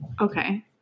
okay